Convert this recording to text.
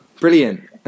Brilliant